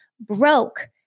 broke